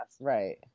right